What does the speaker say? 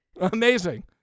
amazing